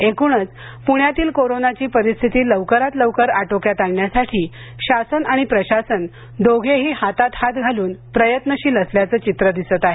एकूणच प्ण्यातील कोरोनाची परिस्थिती लवकरात लवकर आटोक्यात आणण्यासाठी शासन आणि प्रशासन दोघेही हातात हात घालून प्रयत्नशील असल्याचं चित्र दिसत आहे